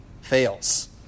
fails